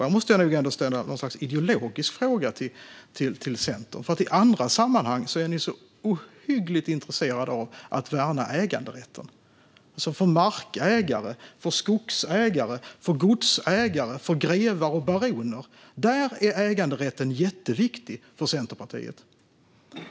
Jag måste nog ändå ställa något slags ideologisk fråga till Centern. I andra sammanhang är ni så ohyggligt intresserade av att värna äganderätten. För markägare, skogsägare, godsägare, grevar och baroner är äganderätten jätteviktig för Centerpartiet.